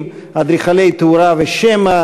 כפי שכבר אמרו דוברים מסוימים במהלך נאומים בני דקה,